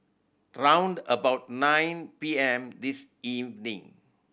round about nine P M this evening